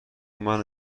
منو